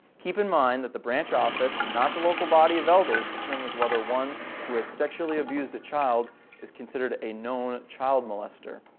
keep in mind that the branch office, not the local body of elders, determines whether one who has sexually abused a child is considered a known child molester.